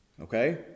Okay